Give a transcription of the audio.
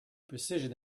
precision